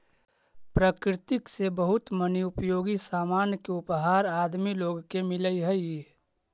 प्रकृति से बहुत मनी उपयोगी सामान के उपहार आदमी लोग के मिलऽ हई